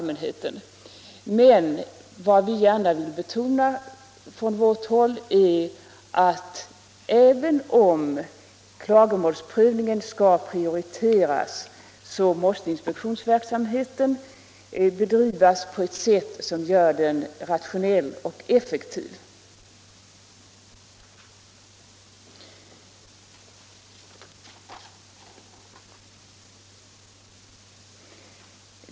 Men vi vill från vårt håll betona att även om klagomålsprövningen skall prioriteras så måste inspektionsverksamheten bedrivas på ett sätt som gör den rationell och effektiv.